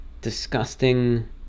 disgusting